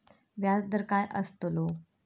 व्याज दर काय आस्तलो?